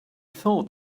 thought